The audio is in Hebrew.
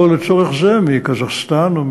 או לצורך זה מקזחסטן או,